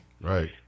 Right